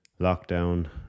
lockdown